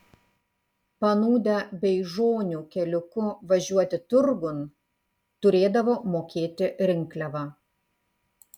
panūdę beižonių keliuku važiuoti turgun turėdavo mokėti rinkliavą